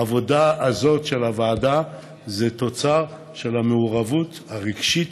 העבודה הזאת של הוועדה היא תוצר של המעורבות הרגשית,